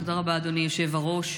תודה רבה, אדוני יושב הראש.